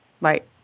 Right